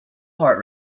heart